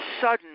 sudden